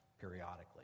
periodically